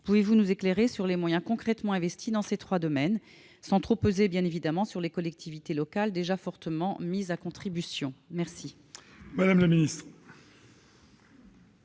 Pouvez-vous nous éclairer sur les moyens concrètement investis dans ces trois domaines, sans que cela pèse trop, bien évidemment, sur les collectivités locales, déjà fortement mises à contribution ? La parole est à Mme la ministre.